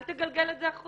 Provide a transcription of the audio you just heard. אל תגלגל את זה החוצה.